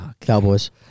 Cowboys